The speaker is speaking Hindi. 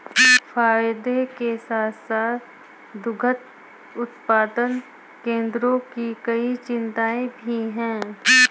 फायदे के साथ साथ दुग्ध उत्पादन केंद्रों की कई चिंताएं भी हैं